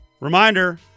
Reminder